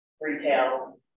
retail